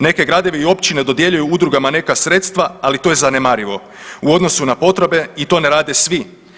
Neki gradovi i općine dodjeljuju udrugama neka sredstva, ali to je zanemarivo u odnosu na potrebe i to ne rade svi.